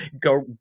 go